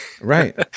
Right